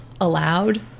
allowed